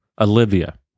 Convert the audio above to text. Olivia